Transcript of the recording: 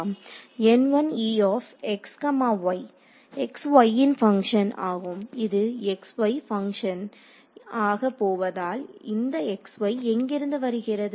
x y ன் function ஆகும் இது x y பங்கஷன் ஆக போவதால் இந்த x y எங்கிருந்து வருகிறது